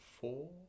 four